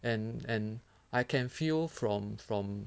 and and I can feel from from